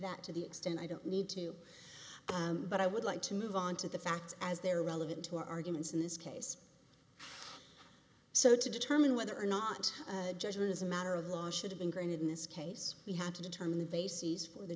that to the extent i don't need to but i would like to move on to the facts as they are relevant to arguments in this case so to determine whether or not judgment is a matter of law should have been granted in this case we have to determine the bases for the